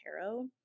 Tarot